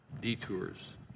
detours